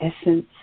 essence